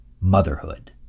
motherhood